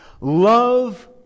Love